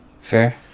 fair